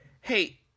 hey